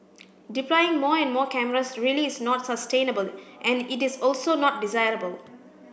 deploying more and more cameras really is not sustainable and it is also not desirable